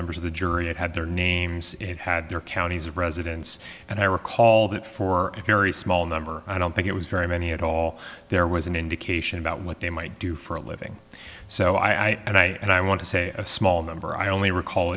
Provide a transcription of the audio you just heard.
members of the jury that had their names and had their counties of residence and i recall that for a very small number i don't think it was very many at all there was an indication about what they might do for a living so i and i and i want to say a small number i only recall